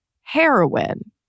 heroin